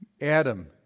Adam